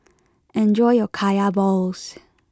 enjoy your Kaya Balls